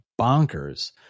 bonkers